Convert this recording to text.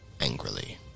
angrily